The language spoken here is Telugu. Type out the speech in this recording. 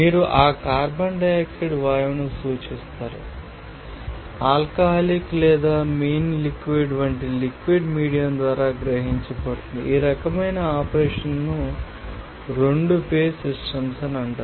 మీరు ఆ కార్బన్ డయాక్సైడ్ వాయువును చూస్తారు ఆల్కహాలిక్ లేదా మీన్ లిక్విడ్ వంటి లిక్విడ్ మీడియం ద్వారా గ్రహించబడుతుంది ఈ రకమైన ఆపరేషన్ను 2 ఫేజ్ సిస్టమ్స్ అంటారు